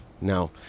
Now